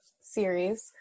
series